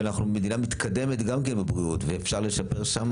ואנחנו מדינה מתקדמת גם כן בבריאות ואפשר לשפר שם.